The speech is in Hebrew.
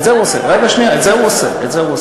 את זה הוא עושה.